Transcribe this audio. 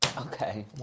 Okay